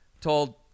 told